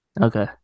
Okay